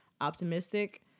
optimistic